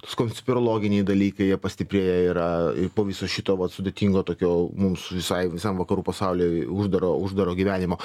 skonspirologiniai dalykai jie pastiprėję yra i po viso šito vat sudėtingo tokio mums visai visam vakarų pasauliui uždaro uždaro gyvenimo